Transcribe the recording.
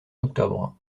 octobre